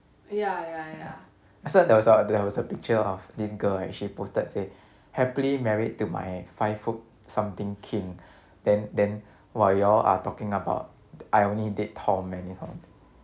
I see there was there was a picture of this girl right she posted say happily married to my five foot something king then then while you all are talking about I only date tall men this kind of thing